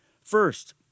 First